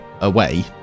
away